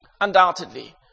Undoubtedly